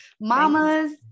Mamas